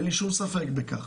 אין לי ספק בכך.